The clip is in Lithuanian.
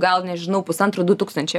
gal nežinau pusantro du tūkstančiai